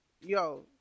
yo